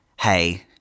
hey